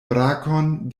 brakon